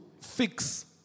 fix